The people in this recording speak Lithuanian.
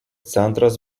centras